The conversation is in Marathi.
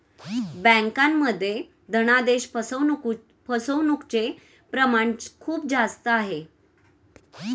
बँकांमध्ये धनादेश फसवणूकचे प्रमाण खूप जास्त आहे